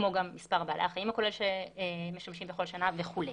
כמו גם מספר בעלי החיים הכולל שמשתמשים בכל שנה וכו'.